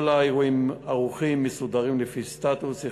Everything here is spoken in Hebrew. כל האירועים ערוכים, מסודרים לפי סטטוס.